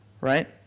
Right